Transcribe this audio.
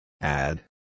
Add